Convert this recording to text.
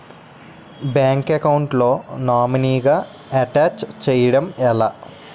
Bank account లో నామినీగా attach చేయడం ఎలా?